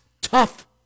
tough